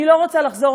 אני לא רוצה לחזור,